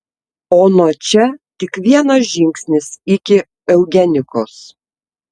o nuo čia tik vienas žingsnis iki eugenikos